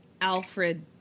Alfred